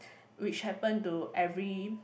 which happen to every